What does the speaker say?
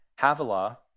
Havilah